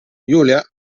julia